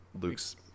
Luke's